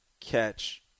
catch